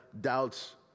doubts